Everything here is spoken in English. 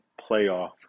playoff